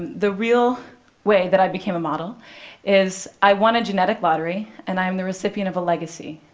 the real way that i became a model is i won a genetic lottery, and i am the recipient of a legacy,